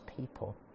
people